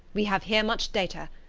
we have here much data,